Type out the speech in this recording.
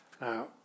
Now